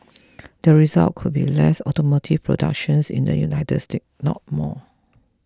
the result could be less automotive productions in the United States not more